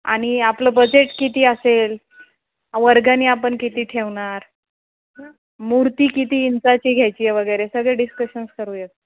आणि आपलं बजेट किती असेल वर्गणी आपण किती ठेवणार मूर्ती किती इंचाची घ्यायची वगैरे सगळे डिस्कशन्स करूयात